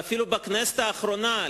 ואפילו בכנסת האחרונה,